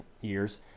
years